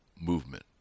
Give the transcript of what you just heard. movement